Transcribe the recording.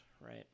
right